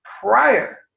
prior